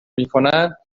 میکنند